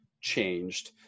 changed